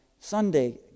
Sunday